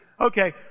okay